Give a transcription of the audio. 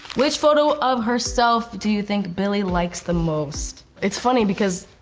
which photo of herself do you think billie likes the most? it's funny because,